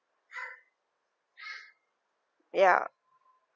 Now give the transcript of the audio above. ya